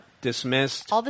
dismissed